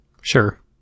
Sure